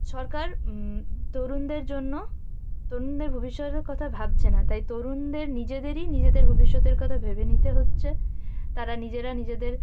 সরকার তরুণদের জন্য তরুণদের ভবিষ্যতের কথা ভাবছে না তাই তরুণদের নিজেদেরই নিজেদের ভবিষ্যতের কথা ভেবে নিতে হচ্ছে তারা নিজেরা নিজেদের